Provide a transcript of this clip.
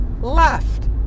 left